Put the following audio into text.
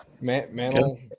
Mantle